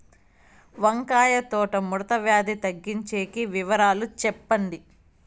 వంకాయ తోట ముడత వ్యాధి తగ్గించేకి వివరాలు చెప్పండి?